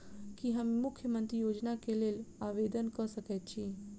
की हम मुख्यमंत्री योजना केँ लेल आवेदन कऽ सकैत छी?